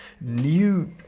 new